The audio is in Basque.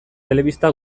telebista